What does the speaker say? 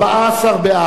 14 בעד,